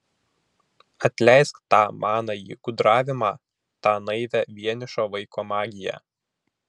atleisk tą manąjį gudravimą tą naivią vienišo vaiko magiją